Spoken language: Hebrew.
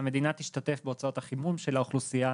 שהמדינה תשתתף בהוצאות החימום של האוכלוסייה